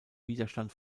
widerstand